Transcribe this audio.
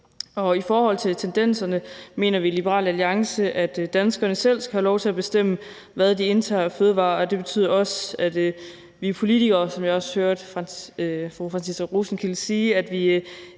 I forhold til tendenserne mener vi i Liberal Alliance, at danskerne selv skal have lov til at bestemme, hvad de indtager af fødevarer, og det betyder også, at vi politikere, som jeg også hørte fru Franciska Rosenkilde sige,